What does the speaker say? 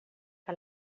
que